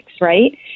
right